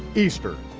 easter.